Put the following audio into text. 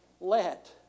let